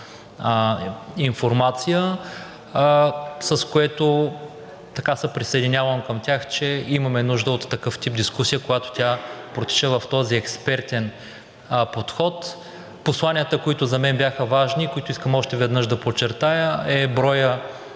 информация, с което се присъединявам към тях, че имаме нужда от такъв тип дискусия, когато тя протича в този експертен подход. Посланията, които за мен бяха важни и които искам още веднъж да подчертая, е броят